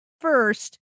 first